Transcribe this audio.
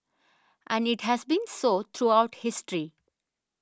and it has been so throughout history